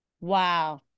Wow